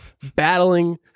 battling